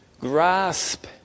grasp